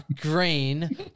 Green